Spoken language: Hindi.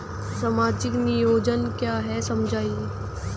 सामाजिक नियोजन क्या है समझाइए?